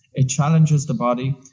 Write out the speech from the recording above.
it challenges the body,